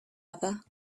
other